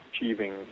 achieving